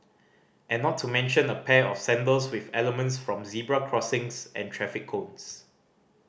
and not to mention a pair of sandals with elements from zebra crossings and traffic cones